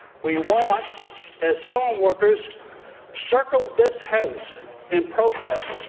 we watched as film workers circled this house in protest.